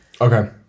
Okay